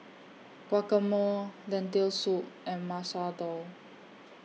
Guacamole Lentil Soup and Masoor Dal